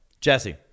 Jesse